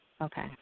Okay